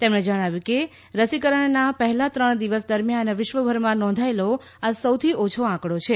તેમણે જણાવ્યું કે રસીકરણના પહેલા ત્રણ દિવસ દરમ્યાન વિશ્વભરમાં નોંધાયેલો આ સૌથી ઓછો આંકડો છે